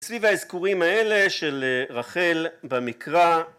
סביב האזכורים האלה של רחל במקרא